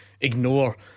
ignore